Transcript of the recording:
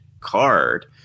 Card